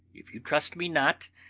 if you trust me not,